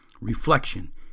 Reflection